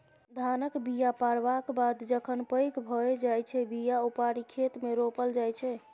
धानक बीया पारबक बाद जखन पैघ भए जाइ छै बीया उपारि खेतमे रोपल जाइ छै